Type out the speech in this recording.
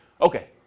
Okay